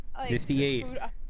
58